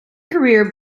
career